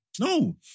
No